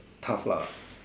tough lah